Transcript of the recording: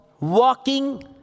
Walking